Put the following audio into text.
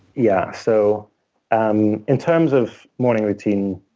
yeah. so um in terms of morning routine,